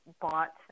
bought